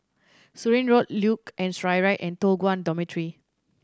Surin Road Luge and Skyride and Toh Guan Dormitory